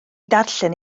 darllen